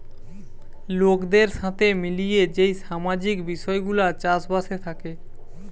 লোকদের সাথে মিলিয়ে যেই সামাজিক বিষয় গুলা চাষ বাসে থাকে